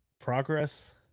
Progress